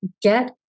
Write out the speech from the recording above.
get